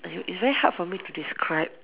it it's very hard for me to describe